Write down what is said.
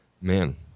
Man